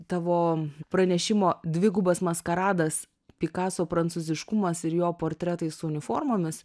tavo pranešimo dvigubas maskaradas pikaso prancūziškumas ir jo portretai su uniformomis